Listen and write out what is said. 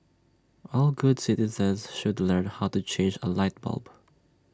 all good citizens should learn how to change A light bulb